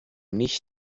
nicht